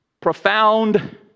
profound